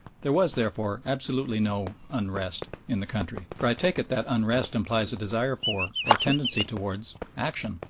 there was, therefore, absolutely no unrest in the country, for i take it that unrest implies a desire for, or tendency towards, action,